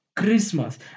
Christmas